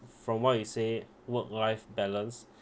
from what you say work life balance